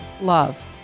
love